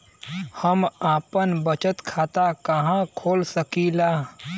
हम आपन बचत खाता कहा खोल सकीला?